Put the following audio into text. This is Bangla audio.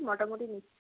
মোটামুটি